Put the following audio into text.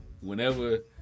whenever